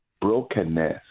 brokenness